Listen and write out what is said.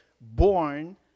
born